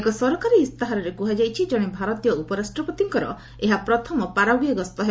ଏକ ସରକାରୀ ଇସ୍ତାହାରରେ କୁହାଯାଇଛି ଜଣେ ଭାରତୀୟ ଉପରାଷ୍ଟପତିଙ୍କର ଏହା ପ୍ରଥମ ପାରାଗ୍ରଏ ଗସ୍ତ ହେବ